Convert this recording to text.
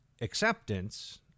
acceptance